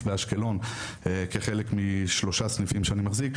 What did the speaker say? באשקלון כחלק משלושה סניפים שאני מחזיק.